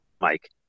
Mike